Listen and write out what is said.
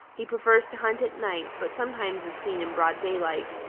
he prefers to hunt at night, but sometimes is seen in broad daylight.